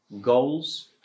goals